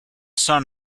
son